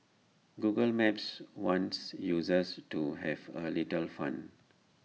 Google maps wants users to have A little fun